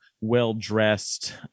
well-dressed